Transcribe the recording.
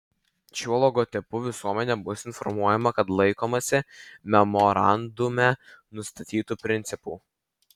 šiuo logotipu visuomenė bus informuojama kad laikomasi memorandume nustatytų principų